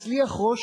הצליח ראש